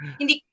hindi